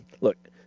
Look